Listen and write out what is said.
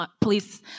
police